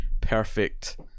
perfect